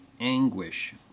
anguish